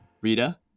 Rita